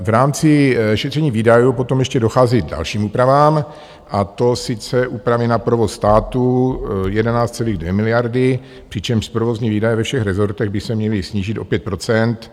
V rámci šetření výdajů potom ještě dochází k dalším úpravám, a to sice úpravy na provoz státu 11,2 miliard, přičemž provozní výdaje ve všech rezortech by se měly snížit o 5 %.